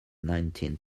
nineteen